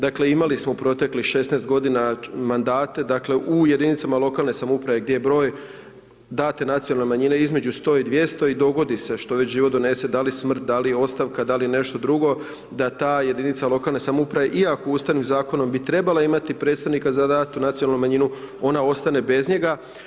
Dakle imali smo u proteklih 16 godina mandate, dakle u jedinicama lokalne samouprave gdje je broj date nacionalne manjine između 100 i 200 i dogodi se što već život donese, da li smrt, da li ostavka, da li nešto drugo da ta jedinica lokalne samouprave iako ustavnim zakonom bi trebala imati predstavnika za ... nacionalnu manjina ona ostane bez njega.